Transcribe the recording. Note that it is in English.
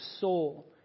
soul